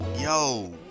yo